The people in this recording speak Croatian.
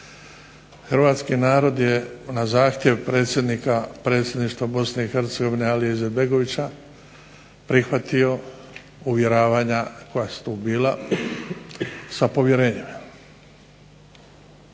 Hrvatski narod je na zahtjev predsjednika predsjedništva Bosne i Hercegovine gospodina Izetbegovića prihvatio uvjeravanja koja su bila sa povjerenjem.